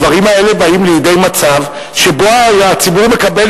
הדברים האלה באים לידי מצב שבו הציבור מקבל